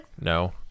no